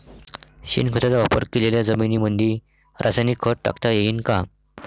शेणखताचा वापर केलेल्या जमीनीमंदी रासायनिक खत टाकता येईन का?